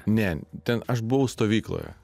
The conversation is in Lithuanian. ne ten aš buvau stovykloje